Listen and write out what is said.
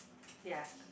yea